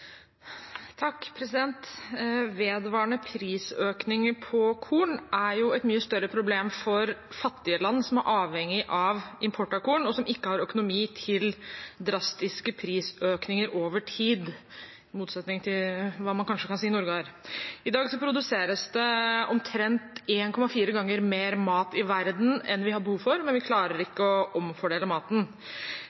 av korn, og som ikke har økonomi til drastiske prisøkninger over tid – i motsetning til hva man kanskje kan si at Norge har. I dag produseres det omtrent 1,4 ganger mer mat i verden enn vi har behov for, men vi klarer